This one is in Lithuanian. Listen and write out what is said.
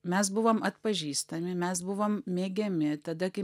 mes buvom atpažįstami mes buvom mėgiami tada kai